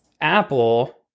Apple